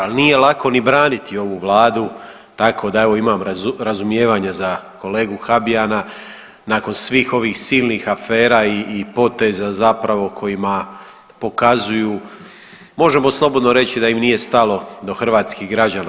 Ali nije lako ni braniti ovu vladu tako da evo imam razumijevanja za kolegu Habijana, nakon svih ovih silnih afera i poteza zapravo kojima pokazuju možemo slobodno reći da im nije stalo do hrvatskih građana.